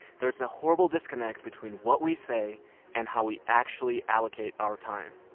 there's a horrible disconnect between what we say and how we actually allocate our time.